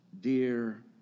dear